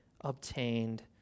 obtained